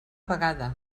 vegada